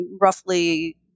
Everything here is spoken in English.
roughly